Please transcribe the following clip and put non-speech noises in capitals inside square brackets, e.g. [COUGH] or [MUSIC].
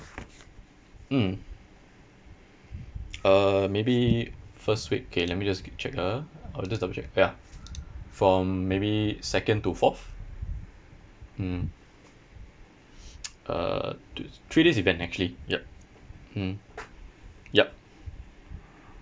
mm uh maybe first week okay let me just check ah uh just double check ya from maybe second to fourth mm [NOISE] uh t~ three days event actually yup mm yup